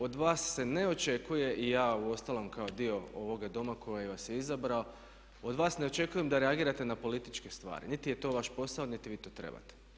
Od vas se ne očekuje i ja uostalom kao dio ovoga Doma koji vas je izabrao, od vas ne očekujem da reagirate na političke stvari niti je to vaš posao niti vi to trebate.